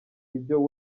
ibyo